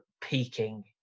peaking